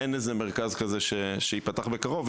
אין איזה מרכז כזה שייפתח בקרוב.